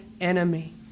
enemy